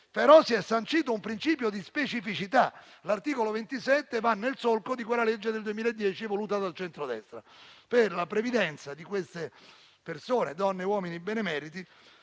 ma si è sancito un principio di specificità. L'articolo 27 va nel solco di quella legge del 2010, voluta dal centrodestra. Per la previdenza di queste persone, donne e uomini benemeriti,